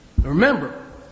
Remember